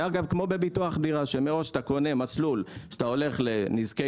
כמו בביטוח דירה שאתה קונה מראש מסלול שבו בנזקי